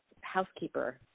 housekeeper